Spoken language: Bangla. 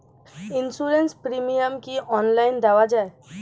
ইন্সুরেন্স প্রিমিয়াম কি অনলাইন দেওয়া যায়?